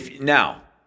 now